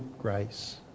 grace